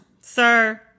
sir